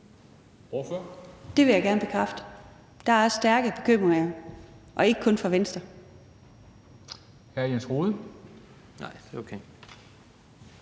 Det vil jeg gerne bekræfte. Der er stærke bekymringer – og ikke kun fra Venstres